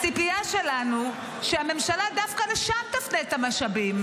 הציפייה שלנו שהממשלה דווקא לשם תפנה את המשאבים,